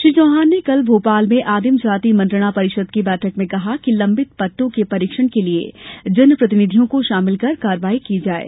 श्री चौहान ने कल मोपाल में आदिम जाति मंत्रणा परिषद की बैठक में कहा कि लंबित पट़टों के परीक्षण के लिए जनप्रतिनिधियों को शामिल कर कार्यवाही की जाये